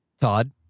Todd